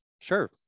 sure